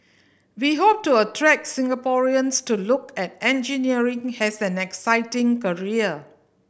we hope to attract Singaporeans to look at engineering has an exciting career